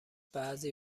بعضی